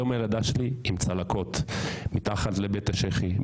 היום הילדה שלי עם צלקות מתחת לבית השחי,